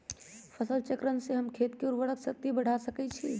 फसल चक्रण से हम खेत के उर्वरक शक्ति बढ़ा सकैछि?